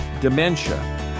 dementia